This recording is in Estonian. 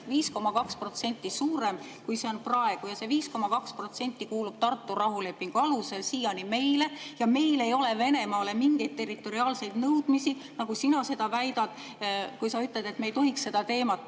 5,2% suurem, kui see on praegu. See 5,2% kuulub Tartu rahulepingu alusel siiani meile ja meil ei ole Venemaale mingeid territoriaalseid nõudmisi, nagu sina väidad, kui sa ütled, et me ei tohiks seda teemat